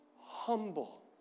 humble